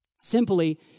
simply